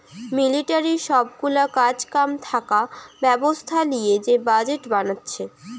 মিলিটারির সব গুলা কাজ কাম থাকা ব্যবস্থা লিয়ে যে বাজেট বানাচ্ছে